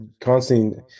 constantly